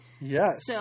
Yes